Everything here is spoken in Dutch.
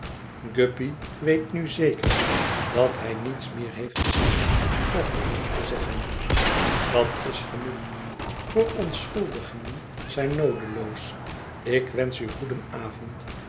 guppy weet nu zeker dat hij niets meer heeft te zeggen of verlangt te zeggen dat is genoeg verontschuldigingen zijn noodeloos ik wensch u